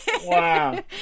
Wow